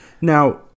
Now